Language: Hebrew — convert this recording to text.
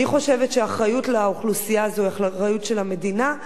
אני חושבת שהאחריות לאוכלוסייה הזאת היא אחריות של המדינה,